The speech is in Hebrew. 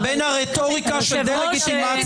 אלוקים.